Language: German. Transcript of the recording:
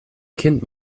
kind